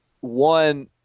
One